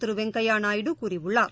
திருவெங்கையாநாயுடு கூறியுள்ளார்